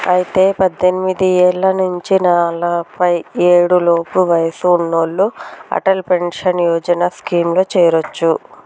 అయితే పద్దెనిమిది ఏళ్ల నుంచి నలఫై ఏడు లోపు వయసు ఉన్నోళ్లు అటల్ పెన్షన్ యోజన స్కీమ్ లో చేరొచ్చు